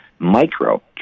micro